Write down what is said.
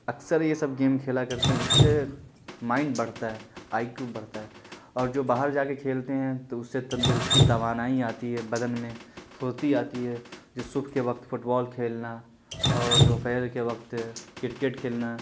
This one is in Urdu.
اکثر یہ سب گیم کھیلا کرتے ہیں اس سے مائنڈ بڑھتا ہے آئی کیو بڑھتا ہے اور جو باہر جا کے کھیلتے ہیں تو اس سے تندرستی توانائی آتی ہے بدن میں فرتی آتی ہے جو صبح کے وقت فٹ بال کھیلنا اور دوپہر کے وقت کرکٹ کھیلنا